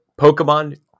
Pokemon